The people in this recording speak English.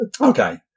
Okay